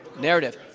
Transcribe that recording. narrative